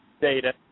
Data